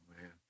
man